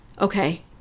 okay